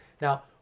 Now